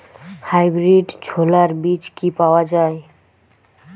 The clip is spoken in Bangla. হাইব্রিড ছোলার বীজ কি পাওয়া য়ায়?